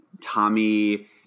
Tommy